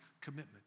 commitment